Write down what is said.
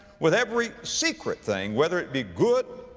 with every secret thing, whether it be good,